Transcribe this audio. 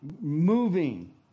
moving